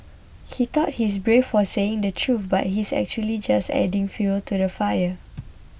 he thought he's brave for saying the truth but he's actually just adding fuel to the fire